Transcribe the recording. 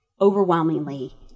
overwhelmingly